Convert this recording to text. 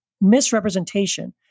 misrepresentation